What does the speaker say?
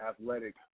athletic